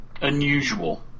unusual